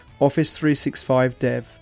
Office365Dev